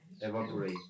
evaporate